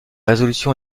résolution